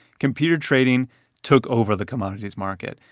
computer trading took over the commodities market.